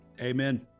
Amen